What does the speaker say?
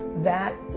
that,